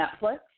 Netflix